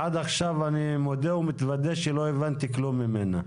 אני מודה ומתוודה שעד עכשיו לא הבנתי כלום ממנה.